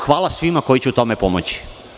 Hvala svima koji će u tome pomoći.